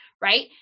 right